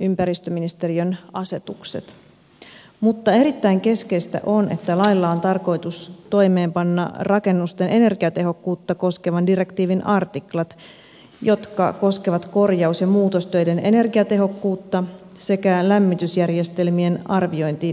ympäristöministeriön asetukset mutta erittäin keskeistä on että lailla on tarkoitus toimeenpanna rakennusten energiatehokkuutta koskevan direktiivin artiklat jotka koskevat korjaus ja muutostöiden energiatehokkuutta sekä lämmitysjärjestelmien arviointivelvoitetta